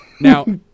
Now